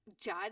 judge